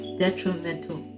detrimental